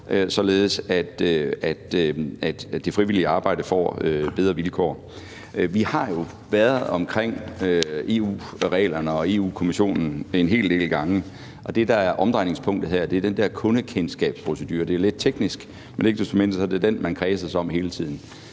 således at det frivillige arbejde får bedre vilkår. Vi har jo været omkring EU-reglerne og Europa-Kommissionen en hel del gange, og det, der er omdrejningspunktet her, er den der kundekendskabsprocedure. Det er lidt teknisk, men ikke desto mindre er det den, man kredser om hele tiden.